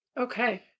Okay